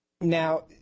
Now